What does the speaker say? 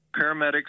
paramedics